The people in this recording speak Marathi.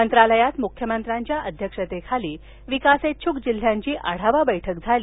मंत्रालयात मुख्यमंत्र्यांच्या अध्यक्षतेखाली विकासेच्छुक जिल्ह्यांची आढावा बैठक झाली